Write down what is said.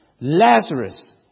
Lazarus